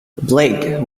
blake